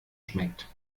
schmeckt